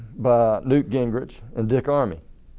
by newt gingrich and dick armey.